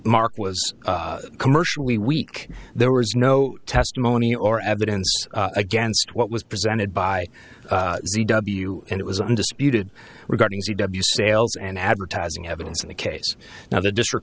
mark was commercially weak there was no testimony or evidence against what was presented by z w and it was undisputed regarding sales and advertising evidence in the case now the district